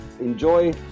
enjoy